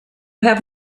have